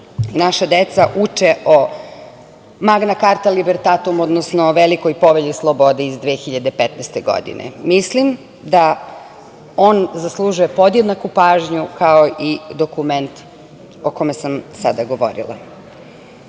naša deca uče o Magna carta libertatum, odnosno Velikoj povelji slobode iz 2015. godine. Mislim, da on zaslužuje podjednaku pažnju kao i dokument o kome sam sada govorila. Sveti